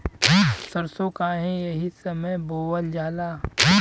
सरसो काहे एही समय बोवल जाला?